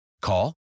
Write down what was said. Call